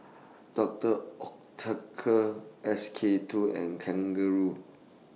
Doctor Oetker S K two and Kangaroo